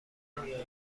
نمیای